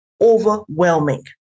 overwhelming